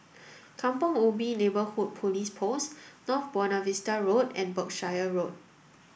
Kampong Ubi Neighbourhood Police Post North Buona Vista Road and Berkshire Road